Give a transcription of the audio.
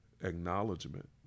Acknowledgement